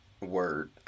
word